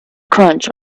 crunch